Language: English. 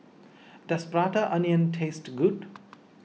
does Prata Onion taste good